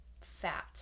fat